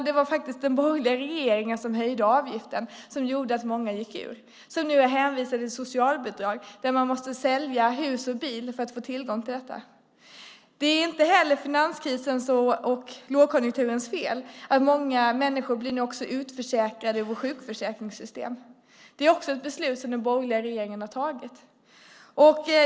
Det var faktiskt den borgerliga regeringen som höjde avgiften som gjorde att många gick ur och nu är hänvisade till socialbidrag. Men man måste sälja hus och bil för att få tillgång till detta. Det är inte heller finanskrisens och lågkonjunkturens fel att många människor också blir utförsäkrade från vårt sjukförsäkringssystem. Det är också ett beslut som den borgerliga regeringen har tagit.